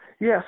yes